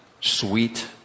sweet